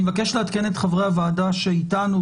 אני מבקש לעדכן את חברי הוועדה שאיתנו,